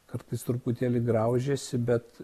kartais truputėlį graužiesi bet